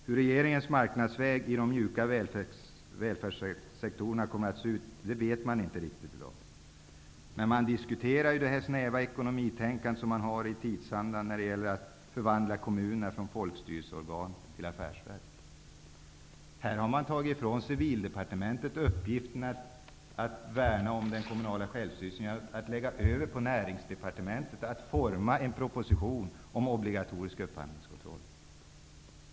Hur regeringens marknadsväg i de mjuka välfärdssektorerna kommer att se ut vet man i dag inte riktigt. Men man diskuterar det snäva ekonomitänkandet som ligger i tidsandan när det gäller att förvandla kommunerna från folkstyrelseorgan till affärsverk. Civildepartementet har tagits ifrån uppgifterna att värna om den kommunala självstyrelsen. Det har lagts över på Näringsdepartementet att forma en proposition om obligatorisk upphandlingskontroll.